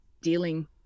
dealing